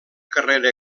carrera